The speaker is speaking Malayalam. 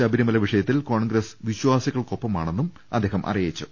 ശബരിമല വിഷയത്തിൽ കോൺഗ്രസ് വിശ്വാസികൾക്കൊപ്പമാണെന്ന് അദ്ദേഹം അറിയിച്ചു